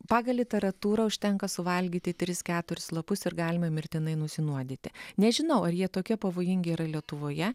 pagal literatūrą užtenka suvalgyti tris keturis lapus ir galime mirtinai nusinuodyti nežinau ar jie tokie pavojingi yra lietuvoje